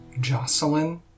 Jocelyn